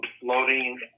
floating